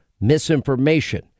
misinformation